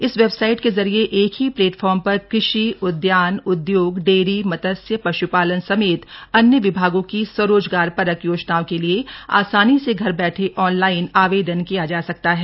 इस वेबसाइट के जरिए एक ही प्लेटफार्म पर कृषि उद्यान उद्योग डेयरी मत्स्य पश्पालन समेत अन्य विभागों की स्वरोजगारपरक योजनाओं के लिए आसानी से घर बैठे आनलाइन आवेदन किया जा सकता है